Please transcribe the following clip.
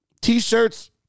T-shirts